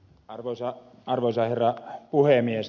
arvoisa herra puhemies